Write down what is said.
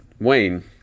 Wayne